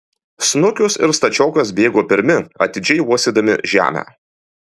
snukius ir stačiokas bėgo pirmi atidžiai uostydami žemę